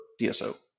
dso